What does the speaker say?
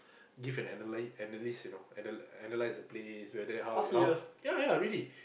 give an analyse analyse you know ana~ analyse the place you know whether ya ya really